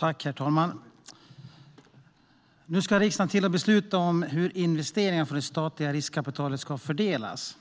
Herr talman! Nu ska riksdagen besluta om hur investeringar från det statliga riskkapitalet ska fördelas.